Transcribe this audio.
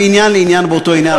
מעניין לעניין באותו עניין,